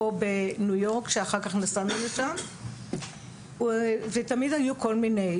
או בניו יורק שאחר כך נסענו לשם ותמיד היו כל מיני,